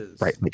right